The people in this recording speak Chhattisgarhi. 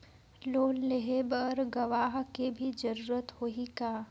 लोन लेहे बर गवाह के भी जरूरत होही का?